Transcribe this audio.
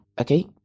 Okay